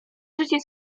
życie